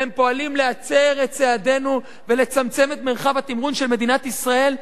והם פועלים להצר את צעדינו ולצמצם את מרחב התמרון של מדינת ישראל,